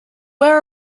where